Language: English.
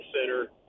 center